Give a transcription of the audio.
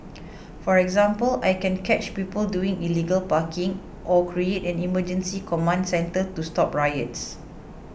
for example I can catch people doing illegal parking or create an emergency command centre to stop riots